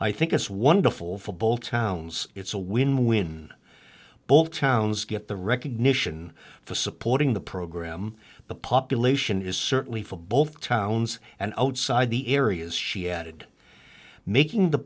i think it's wonderful for both towns it's a win win bowl towns get the recognition for supporting the program but population is certainly for both towns and outside the areas she added making the